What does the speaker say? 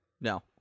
No